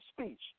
speech